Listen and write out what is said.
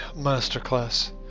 Masterclass